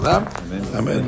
Amen